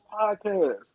Podcast